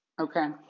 Okay